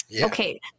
Okay